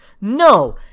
No